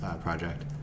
project